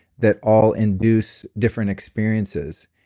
that all induce different experiences,